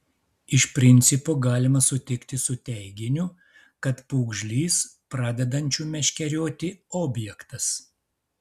iš principo galima sutikti su teiginiu kad pūgžlys pradedančių meškerioti objektas